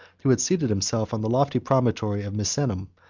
who had seated himself on the lofty promontory of misenum,